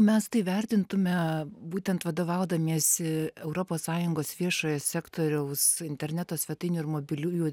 mes tai vertintume būtent vadovaudamiesi europos sąjungos viešojo sektoriaus interneto svetainių ir mobiliųjų